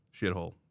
Shithole